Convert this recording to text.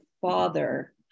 father